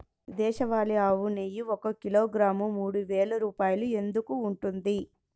దేశవాళీ ఆవు నెయ్యి ఒక కిలోగ్రాము మూడు వేలు రూపాయలు ఎందుకు ఉంటుంది?